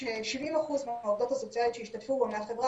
70% מהעובדות הסוציאליות שהשתתפו בו מהחברה